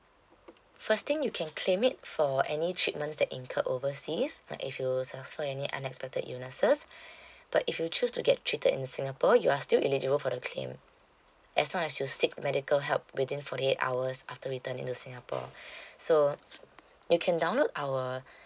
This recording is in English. first thing you can claim it for any treatments that incurred overseas like if you suffer any unexpected illnesses but if you choose to get treated in singapore you are still eligible for the claim as long as you seek medical help within forty eight hours after returning to singapore so you can download our